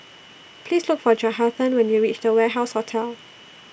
Please Look For Johathan when YOU REACH The Warehouse Hotel